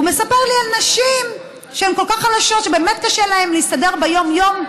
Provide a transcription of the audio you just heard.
הוא מספר לי על נשים שהן כל כך חלשות שבאמת קשה להן להסתדר ביום-יום,